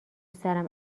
سرم